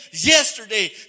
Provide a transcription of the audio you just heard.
yesterday